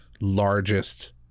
largest